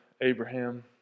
Abraham